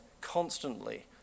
constantly